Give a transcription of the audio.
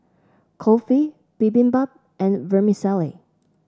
Kulfi Bibimbap and Vermicelli